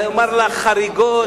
לומר לך, חריגות?